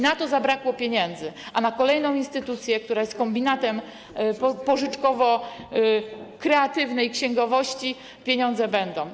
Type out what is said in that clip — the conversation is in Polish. Na to zabrakło pieniędzy, a na kolejną instytucję, która jest kombinatem pożyczkowo-kreatywnej księgowości, pieniądze będą.